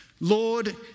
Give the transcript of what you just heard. Lord